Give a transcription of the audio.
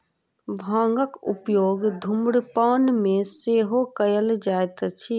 भांगक उपयोग धुम्रपान मे सेहो कयल जाइत अछि